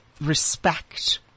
respect